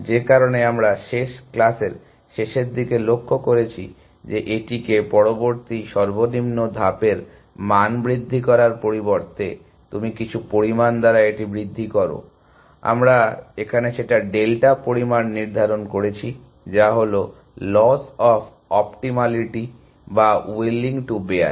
যে কারণে আমরা শেষ ক্লাসের শেষের দিকে লক্ষ্য করেছি যে এটিকে পরবর্তী সর্বনিম্ন ধাপের মান বৃদ্ধি করার পরিবর্তে তুমি কিছু পরিমাণ দ্বারা এটি বৃদ্ধি করো আমরা এখানে সেটা ডেল্টা পরিমান নির্ধারণ করেছি যা হলো লস অফ অপ্টিমালিটি বা উইলিং টু বেয়ার